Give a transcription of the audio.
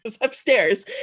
upstairs